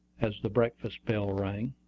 as the breakfast-bell rang.